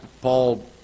Paul